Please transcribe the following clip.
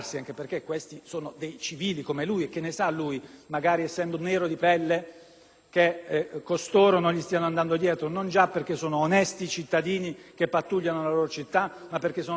che costoro non gli stanno andando dietro non già perché sono onesti cittadini che pattugliano la loro città, ma perché sono soggetti uguali a quelli che hanno compiuto alcuni degli orribili atti di razzismo che abbiamo visto